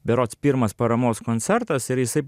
berods pirmas paramos koncertas ir jisai